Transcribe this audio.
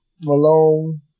Malone